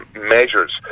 measures